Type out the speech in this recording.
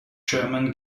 german